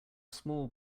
small